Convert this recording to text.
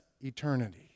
eternity